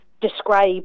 describe